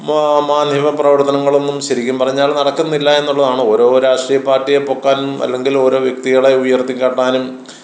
നിയമപ്രവർത്തനങ്ങളൊന്നും ശരിക്കും പറഞ്ഞാൽ നടക്കുന്നില്ല എന്നുള്ളതാണ് ഓരോ രാഷ്ട്രീയപാർട്ടിയെ പൊക്കാൻ അല്ലെങ്കിൽ ഓരോ വ്യക്തികളെ ഉയർത്തിക്കാട്ടാനും